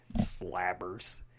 Slabbers